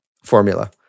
Formula